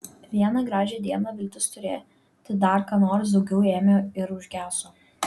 vieną gražią dieną viltis turėti dar ką nors daugiau ėmė ir užgeso